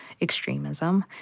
extremism